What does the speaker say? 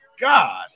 God